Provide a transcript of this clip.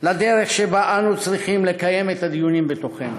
לדרך שבה אנו צריכים לקיים את הדיונים בתוכנו.